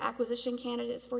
acquisition candidates for